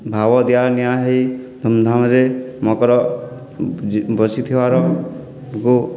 ଭାବ ଦିଆ ନିଆ ହେଇ ଧୁମ୍ଧାମ୍ ରେ ମକର ବସିଥିବାର ଗୋ